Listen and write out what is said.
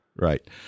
right